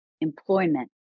employment